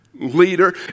leader